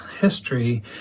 history